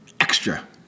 extra